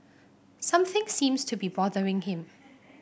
something seems to be bothering him